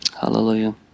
Hallelujah